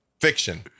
fiction